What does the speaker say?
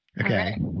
Okay